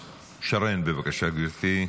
שרן, בבקשה גברתי.